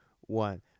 one